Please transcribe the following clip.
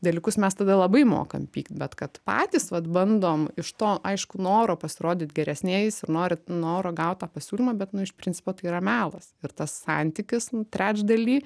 dalykus mes tada labai mokam pykt bet kad patys vat bandom iš to aišku noro pasirodyt geresniais ir nori noro gaut tą pasiūlymą bet nu iš principo tai yra melas ir tas santykis trečdalį